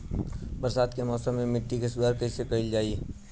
बरसात के मौसम में मिट्टी के सुधार कईसे कईल जाई?